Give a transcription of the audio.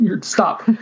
stop